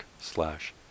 slash